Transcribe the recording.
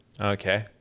Okay